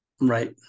Right